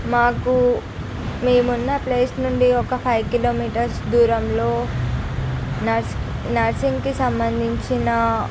మాకు మేము ఉన్నప్లేస్ నుండి ఒక ఫైవ్ కిలోమీటర్స్ దూరంలో నర్స్ నర్సింగ్కి సమబంధించిన